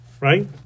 right